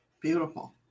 Beautiful